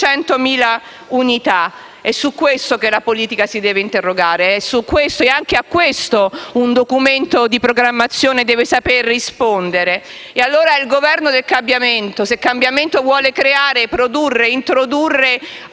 200.000 unità. È su questo che la politica si deve interrogare e anche a questo un Documento di programmazione deve saper rispondere. Il Governo del cambiamento, se cambiamento vuole creare, produrre e introdurre,